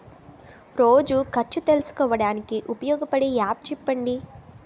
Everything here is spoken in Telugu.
రోజు ఖర్చు తెలుసుకోవడానికి ఉపయోగపడే యాప్ చెప్పండీ?